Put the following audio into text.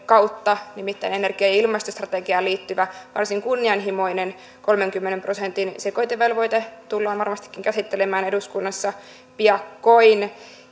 kautta nimittäin energia ja ilmastostrategiaan liittyvä varsin kunnianhimoinen kolmenkymmenen prosentin sekoitevelvoite tullaan varmastikin käsittelemään eduskunnassa piakkoin